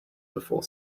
before